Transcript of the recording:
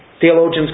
Theologians